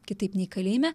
kitaip nei kalėjime